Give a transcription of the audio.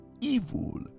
evil